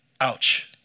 Ouch